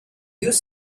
use